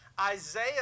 Isaiah